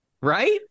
Right